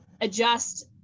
adjust